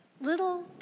little